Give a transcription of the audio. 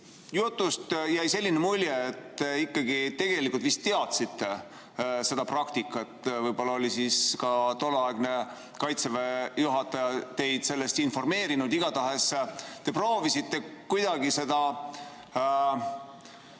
jutust jäi selline mulje, et te ikkagi tegelikult vist teadsite seda praktikat. Võib-olla oli tolleaegne Kaitseväe juhataja teid sellest informeerinud. Igatahes te proovisite kuidagi seda